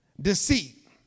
Deceit